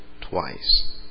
twice